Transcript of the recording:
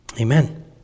Amen